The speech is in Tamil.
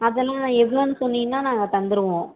அதெல்லாம் எவ்வளோன்னு சொன்னிங்கன்னா நாங்கள் தந்துருவோம்